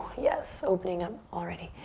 yes, opening up already.